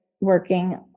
working